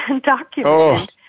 documented